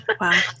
Wow